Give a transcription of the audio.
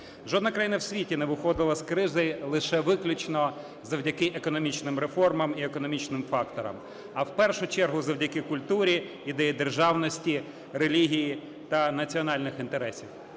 Жодна країна у світі не виходила з кризи лише виключно завдяки економічним реформам і економічним факторам, а в першу чергу завдяки культурі, ідеї державності, релігії та національних інтересів.